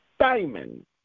Simon